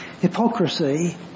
Hypocrisy